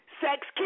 Sex